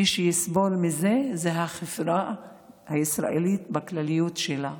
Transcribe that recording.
מי שיסבול מזה הוא החברה הישראלית בכלליות שלה.